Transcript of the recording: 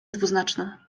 dwuznaczna